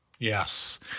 Yes